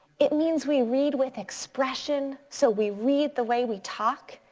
it means we read with expression so we read the way we talk,